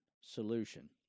solution